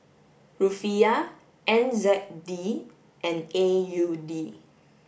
Rufiyaa N Z D and A U D